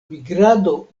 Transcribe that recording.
migrado